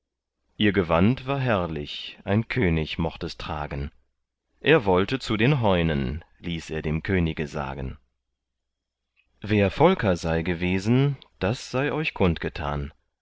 ihr gewand war herrlich ein könig mocht es tragen er wollte zu den heunen ließ er dem könige sagen wer volker sei gewesen das sei euch